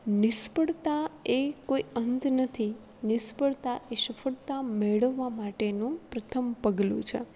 નિષ્ફળતા એ કોઈ અંત નથી નિષ્ફળતા એ સફળતા મેળવવા માટેનું પ્રથમ પગલું છે